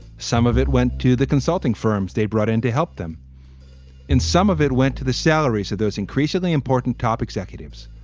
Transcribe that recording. some of it went to the consulting firms they brought in to help them in. some of it went to the salaries of those increasingly important top executives.